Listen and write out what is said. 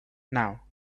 now